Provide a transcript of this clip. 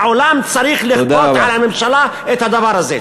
העולם צריך לכפות על הממשלה את הדבר הזה.